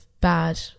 bad